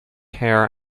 hair